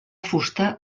fusta